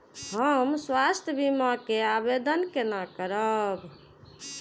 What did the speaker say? हम स्वास्थ्य बीमा के आवेदन केना करब?